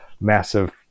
massive